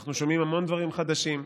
אנחנו שומעים המון דברים חדשים.